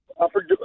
upper